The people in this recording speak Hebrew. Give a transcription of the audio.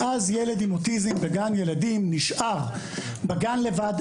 ואז ילד עם אוטיזם בגן ילדים נשאר בגן לבד,